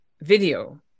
video